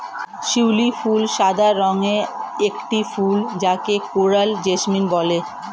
শিউলি ফুল সাদা রঙের একটি ফুল যাকে কোরাল জেসমিন বলে